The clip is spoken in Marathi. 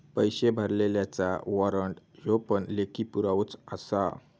पैशे भरलल्याचा वाॅरंट ह्यो पण लेखी पुरावोच आसा